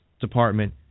department